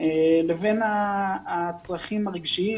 לבין הצרכים הרגשיים